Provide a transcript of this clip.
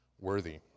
worthy